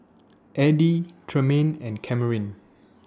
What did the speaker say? Eddy Tremaine and Kamryn